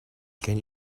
can